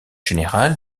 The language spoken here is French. général